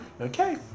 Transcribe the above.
Okay